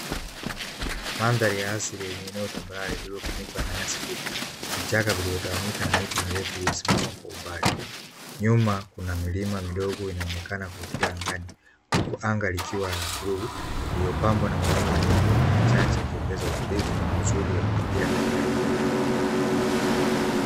Mandhari ya siku yenye eneo tambarare lililofunikwa na nyasi fupi, michanga iliyotawanyika na miti mirefu iliyosimama kwa umbali, nyuma kuna milima midogo inayoonekana kuelea angani huku anga likionekana kuwa la bluu, lililopandwa na mawingu meupe yakiongeza ubunifu na uzuri katika eneo hilo.